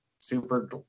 Super